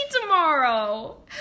tomorrow